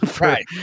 right